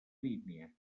línia